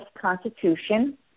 Constitution